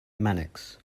mannix